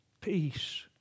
Peace